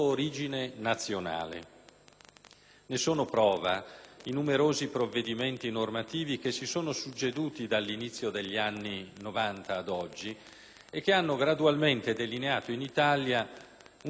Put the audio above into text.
Ne sono prova i numerosi provvedimenti normativi succedutisi dall'inizio degli anni Novanta ad oggi, che hanno gradualmente delineato in Italia una scuola delle cittadinanze,